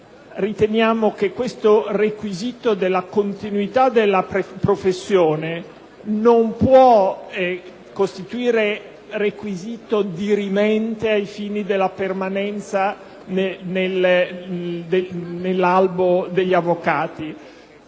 riteniamo che tale requisito della continuità della professione non possa costituire requisito dirimente ai fini della permanenza nell'albo degli avvocati.